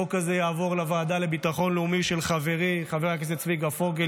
החוק הזה יעבור לוועדה לביטחון הלאומי של חברי חבר הכנסת צביקה פוגל,